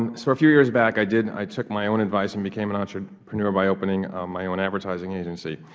um so a few years back i did, i took my own advice and became an entrepreneur by opening my own advertising agency.